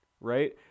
right